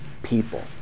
People